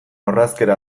orrazkera